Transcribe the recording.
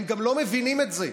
גם הם לא מבינים את זה.